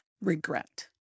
regret